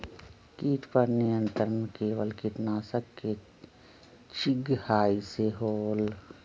किट पर नियंत्रण केवल किटनाशक के छिंगहाई से होल?